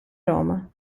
roma